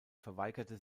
verweigerte